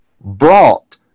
brought